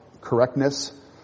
correctness